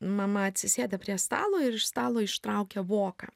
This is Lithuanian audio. mama atsisėda prie stalo ir iš stalo ištraukia voką